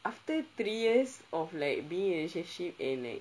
after three years of like being in a relationship and like